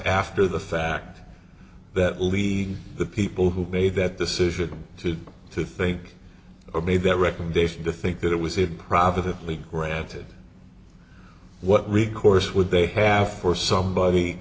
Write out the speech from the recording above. after the fact that lead the people who made that decision to to think of made that recommendation to think that it was it probably read it what recourse would they have for somebody